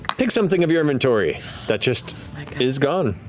pick something of your inventory that just is gone.